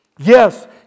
Yes